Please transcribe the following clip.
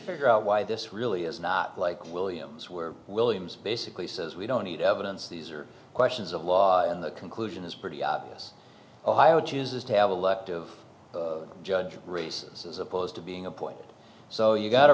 figure out why this really is not like williams where williams basically says we don't need evidence these are questions of law and the conclusion is pretty obvious i would just have elected judge races as opposed to being appointed so you got to